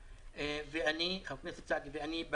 חבר הכנסת סעדי ואני,